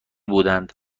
بود